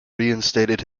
reinstated